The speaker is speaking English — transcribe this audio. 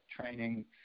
training